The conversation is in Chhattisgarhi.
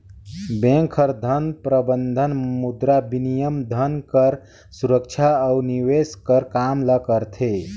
बेंक हर धन प्रबंधन, मुद्राबिनिमय, धन कर सुरक्छा अउ निवेस कर काम ल करथे